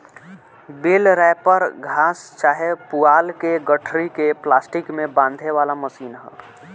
बेल wrapper घास चाहे पुआल के गठरी के प्लास्टिक में बांधे वाला मशीन ह